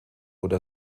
oder